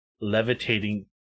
levitating